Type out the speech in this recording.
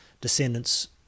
descendants